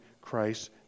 Christ